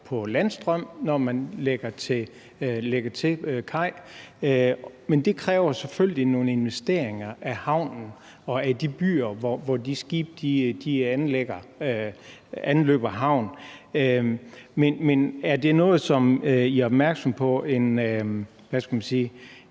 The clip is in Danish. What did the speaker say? på landstrøm, når man lægger til kaj – men det kræver selvfølgelig nogle investeringer i havnen og i de byer, hvor de skibe anløber havn. Er det noget, som I er opmærksomme på